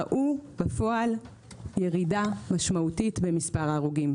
ראו בפועל ירידה משמעותית במספר ההרוגים.